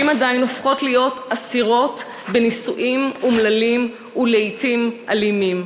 עדיין הופכות להיות אסירות בנישואים אומללים ולעתים אלימים.